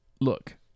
look